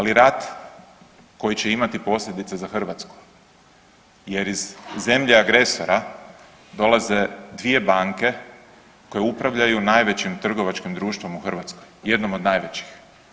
Ali rat koji će imati posljedice za Hrvatsku, jer iz zemlje agresora dolaze dvije banke koje upravljaju najvećim trgovačkim društvom u Hrvatskoj, jednim od najvećih.